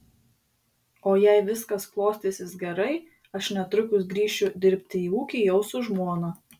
o jei viskas klostysis gerai aš netrukus grįšiu dirbti į ūkį jau su žmona